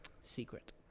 Secret